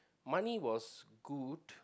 money was good